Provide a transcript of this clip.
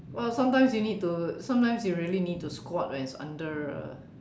well sometimes you need to sometimes you really need to squat when it's under a